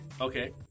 Okay